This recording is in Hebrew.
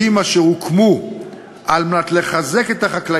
מה ניצחתי, ללכת לתקשורת?